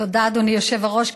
תודה, אדוני היושב-ראש.